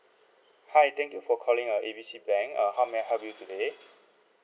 hi thank you for calling uh A B C bank err how may I help you today